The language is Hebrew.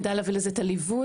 נדע להביא לזה את הליווי,